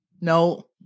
No